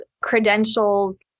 credentials